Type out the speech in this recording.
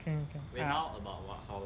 then you can